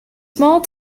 small